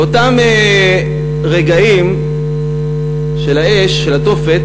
באותם רגעים של האש, של התופת,